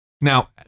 Now